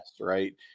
right